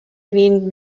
green